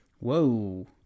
Whoa